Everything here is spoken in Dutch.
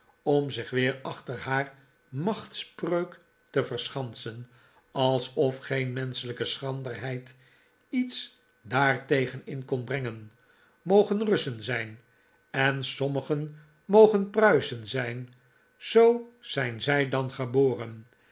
om zich weer achter haar machtspreuk te verschansen alsof geen menschelijke schranderheid iets daartegen in kon brengen mogen russen zijn en maarten chuzzlewit sommigen mogen pruisen zijn zoo zijn zij dan geboren